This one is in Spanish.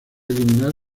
eliminar